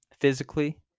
physically